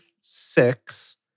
six